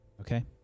Okay